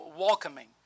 welcoming